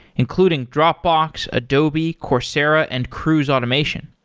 including dropbox, adobe, coursera and cruise automation.